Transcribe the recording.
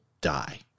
die